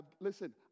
Listen